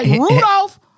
Rudolph